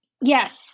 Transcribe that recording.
Yes